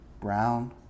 brown